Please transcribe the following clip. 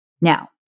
Now